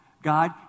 God